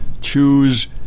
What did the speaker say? choose